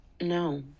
No